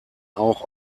auch